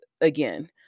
again